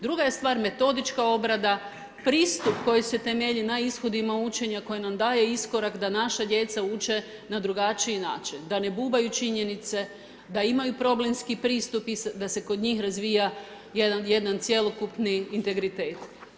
Druga je stvar metodička obrada, pristup koji se temelji na ishodima učenja koje nam daje iskorak da naša djeca uče na drugačiji način, da ne bubaju činjenice, da imaju problemski pristup i da se kod njih razvija jedan cjelokupni integritet.